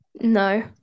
No